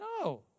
No